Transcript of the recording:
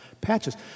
patches